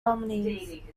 nominees